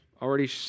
Already